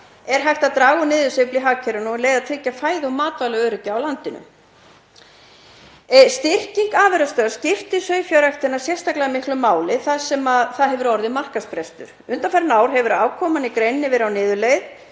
er hægt að draga úr niðursveiflu í hagkerfinu og um leið að tryggja fæðu- og matvælaöryggi í landinu. Styrking afurðastöðva skiptir sauðfjárræktina sérstaklega miklu máli þar sem það hefur orðið markaðsbrestur. Undanfarin ár hefur afkoman í greininni verið á niðurleið